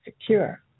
secure